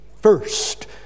first